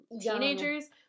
teenagers